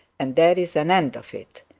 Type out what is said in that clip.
and there's an end of it.